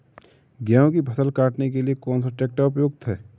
गेहूँ की फसल काटने के लिए कौन सा ट्रैक्टर उपयुक्त है?